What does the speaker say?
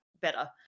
better